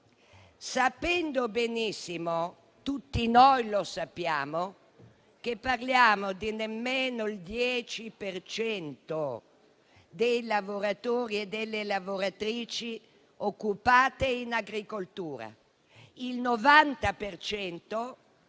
sapendo benissimo - tutti noi lo sappiamo - che parliamo di nemmeno il 10 per cento dei lavoratori e delle lavoratrici occupati in agricoltura: il 90